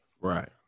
Right